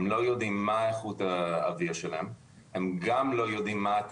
הם לא יודעים מה איכות האוויר שלהם ומה התקנות,